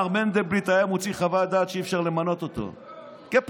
מר מנדלבליט היה מוציא חוות דעת שאי-אפשר למנות אותו לפקח,